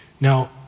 Now